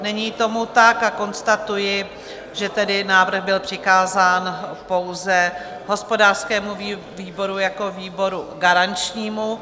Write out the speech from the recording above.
Není tomu tak a konstatuji, že tedy návrh byl přikázán pouze hospodářskému výboru jako výboru garančnímu.